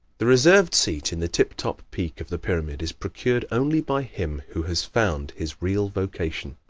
the reserved seat in the tip-top peak of the pyramid is procured only by him who has found his real vocation.